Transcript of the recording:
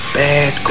bad